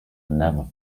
never